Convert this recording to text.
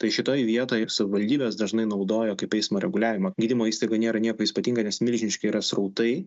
tai šitoj vietoj savivaldybės dažnai naudoja kaip eismo reguliavimo gydymo įstaiga nėra nieko ypatinga nes milžiniški yra srautai